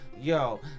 yo